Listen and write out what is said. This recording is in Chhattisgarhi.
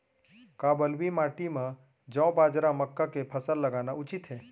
का बलुई माटी म जौ, बाजरा, मक्का के फसल लगाना उचित हे?